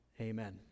Amen